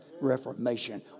reformation